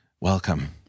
Welcome